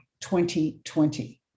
2020